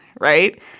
right